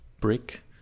brick